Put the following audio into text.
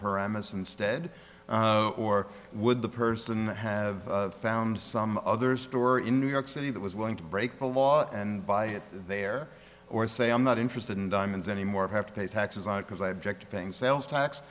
paramus instead or would the person have found some other store in new york city that was willing to break the law and buy it there or say i'm not interested in diamonds anymore have to pay taxes on it because i object to paying sales tax